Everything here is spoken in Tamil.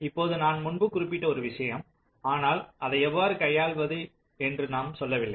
இப்போது நான் முன்பு குறிப்பிட்ட ஒரு விஷயம் ஆனால் அதை எவ்வாறு கையாள்வது என்று நாம் சொல்லவில்லை